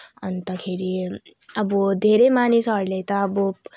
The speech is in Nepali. अन्तखेरि अब धेरै मानिसहरूले त अब